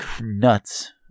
nuts